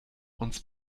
uns